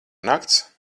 nakts